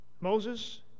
Moses